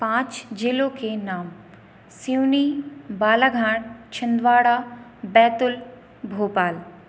पाँच ज़िलों के नाम सिवनी बालाघाट छिंदवाड़ा बैतूल भोपाल